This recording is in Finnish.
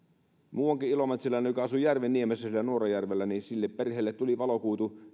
muuankin ilomantsilainen perhe asui järven niemessä nuorajärvellä ja sille perheelle tuli valokuitu